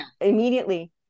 immediately